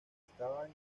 estaban